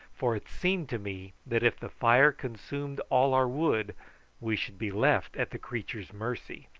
for it seemed to me that if the fire consumed all our wood we should be left at the creature's mercy.